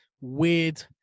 weird